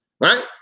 right